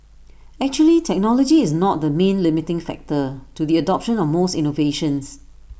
actually technology is not the main limiting factor to the adoption of most innovations